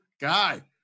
guy